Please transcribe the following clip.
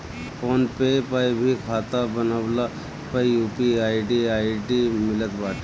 phone पे पअ भी खाता बनवला पअ यू.पी.आई आई.डी मिलत बाटे